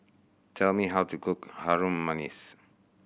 tell me how to cook Harum Manis